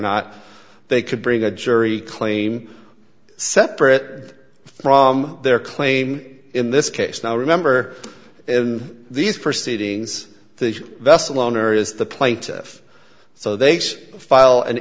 not they could bring a jury claim separate from their claim in this case now remember in these proceedings the vessel owner is the plaintiff so they file an